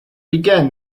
again